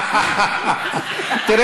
תפעילו את הזמן.